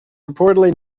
reportedly